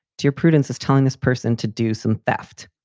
dear prudence is telling this person to do some theft.